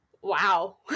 Wow